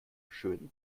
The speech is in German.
schön